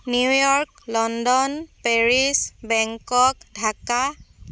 New York London Paris Bangkok Dhaka